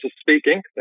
speaking